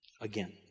Again